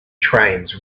trains